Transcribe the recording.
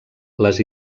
les